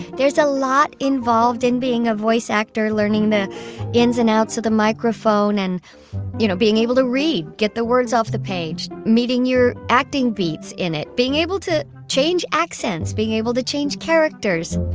there's a lot involved in being a voice actor, learning the ins and outs of the microphone and you know being able to read, get the words off the page, meeting your acting beats in it, being able to change accents, being able to change characters